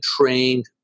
trained